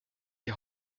die